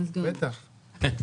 בטח.